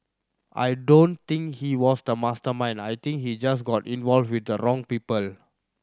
I don't think he was the mastermind I think he just got involved with the wrong people